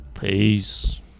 Peace